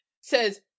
says